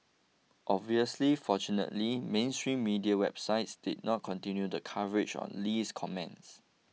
obviously fortunately mainstream media websites did not continue the coverage on Lee's comments